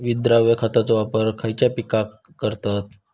विद्राव्य खताचो वापर खयच्या पिकांका करतत?